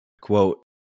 Quote